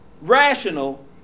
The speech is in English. rational